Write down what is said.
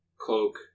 cloak